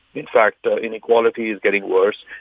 in fact, ah inequality is getting worse.